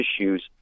issues